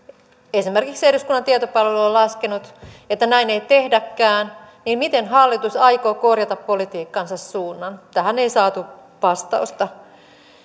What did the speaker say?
esimerkiksi eduskunnan tietopalvelu on laskenut että näin ei tehdäkään niin miten hallitus aikoo korjata politiikkansa suunnan tähän ei saatu vastausta